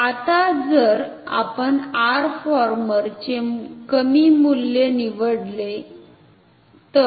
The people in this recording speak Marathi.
तर आता जर आपण R फॉर्मर चे कमी मूल्य निवडले तर